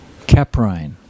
Caprine